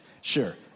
Sure